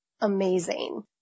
amazing